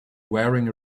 wearing